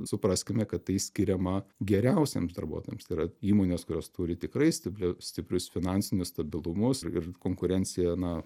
supraskime kad tai skiriama geriausiems darbuotojams tai yra įmonės kurios turi tikrai stipria stiprius finansinius stabilumus ir konkurencija na